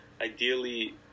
ideally